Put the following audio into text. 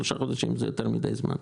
שלושה חודשים זה יותר מדי זמן.